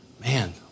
Man